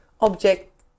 object